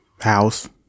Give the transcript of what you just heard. House